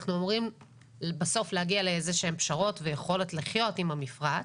אנחנו אמורים בסוף להגיע לאיזה שהן פשרות ויכולת לחיות עם המפרט.